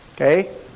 Okay